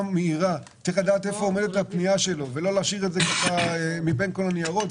מהירה ולדעת איפה עומדת הפנייה שלו ולא להשאיר את זה בין כל הניירות.